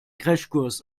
crashkurs